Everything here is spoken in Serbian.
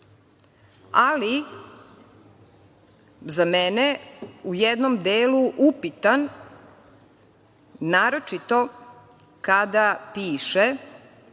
ali za mene u jednom delu upitan, naročito kada piše,